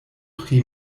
pri